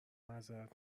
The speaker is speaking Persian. معذرت